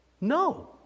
No